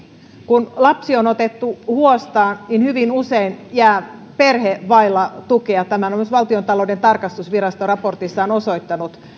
kun lapsi on otettu huostaan niin hyvin usein jää perhe vaille tukea ja tämän on myös valtiontalouden tarkastusvirasto raportissaan osoittanut